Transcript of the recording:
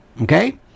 Okay